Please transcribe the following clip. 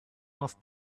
off